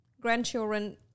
grandchildren